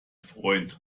freund